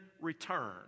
return